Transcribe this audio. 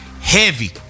Heavy